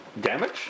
Damage